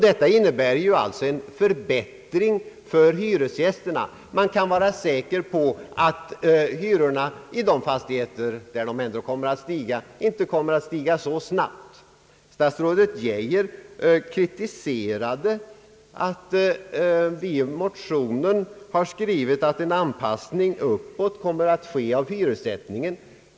Detta innebär alltså en förbättring för hyresgästerna. Man kan vara säker på att hyrorna i de fastigheter, där de ändå kommer att stiga, inte kommer att stiga så snabbt. Statsrådet Geijer kritiserade att vi i motionen har skrivit att en anpassning uppåt kommer att ske av hyressättningen.